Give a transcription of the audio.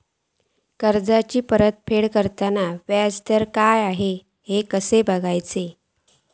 कर्जाचा फेड करताना याजदर काय असा ता कसा बगायचा?